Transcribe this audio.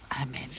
Amen